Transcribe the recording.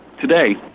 Today